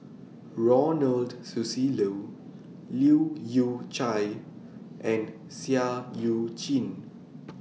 Ronald Susilo Leu Yew Chye and Seah EU Chin